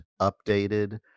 updated